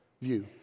view